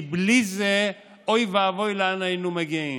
כי בלי זה אוי ואבוי לאן היינו מגיעים.